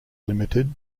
limited